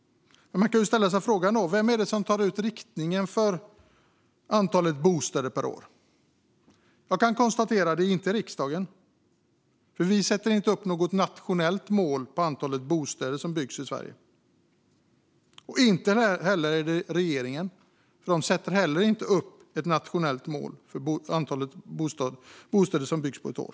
Men man kan ställa sig frågan: Vem är det som tar ut riktningen för antalet bostäder per år? Jag kan konstatera att det inte är riksdagen, för vi sätter inte upp något nationellt mål för antalet bostäder som ska byggas i Sverige. Inte heller är det regeringen, för den sätter inte heller upp ett nationellt mål för antalet bostäder som byggs på ett år.